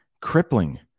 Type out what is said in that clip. crippling